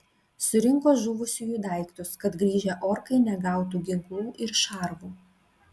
surinko žuvusiųjų daiktus kad grįžę orkai negautų ginklų ir šarvų